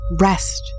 Rest